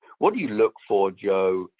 what do you look for, joe,